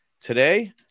today